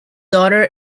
daughter